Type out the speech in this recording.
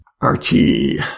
Archie